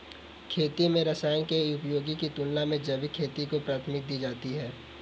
खेती में रसायनों के उपयोग की तुलना में जैविक खेती को प्राथमिकता दी जाती है